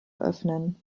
öffnen